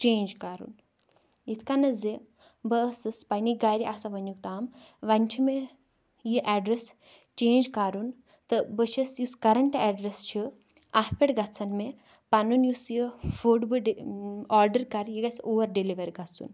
change کَرُن یِتھ کَنَٮ۪تھ زِ بہٕ ٲسٕس پنٛنہِ گَرِ آسان وٕنیُک تام وۄنۍ چھِ مےٚ یہِ اٮ۪ڈرٮ۪س چینٛج کَرُن تہٕ بہٕ چھَس یُس کَرنٛٹ اٮ۪ڈرٮ۪س چھُ اَتھ پٮ۪ٹھ گژھن مےٚ پَنُن یُس یہِ فُڈ بہٕ آڈَر کَرٕ یہِ گژھِ اور ڈِلِوَر گژھُن